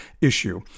issue